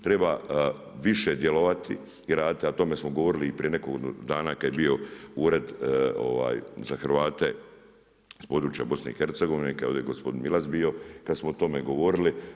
Treba više djelovati i raditi a o tome smo govorili i prije nekoliko dana kad je bio Ured za Hrvate iz područja BiH, kada je ovdje gospodin Milas bio, kada samo o tome govorili.